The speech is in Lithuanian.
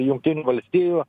jungtinių valstijų